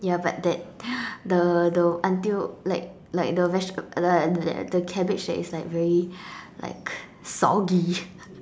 ya but that the the until like like the veg~ uh the the cabbage that is like very like soggy